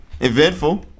eventful